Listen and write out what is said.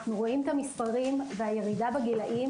אנחנו רואים את המספרים והירידה בגילאים